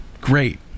great